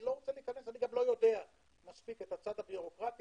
אני גם לא יודע מספיק את הצד הבירוקרטי.